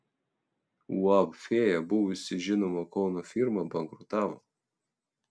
uab fėja buvusi žinoma kauno firma bankrutavo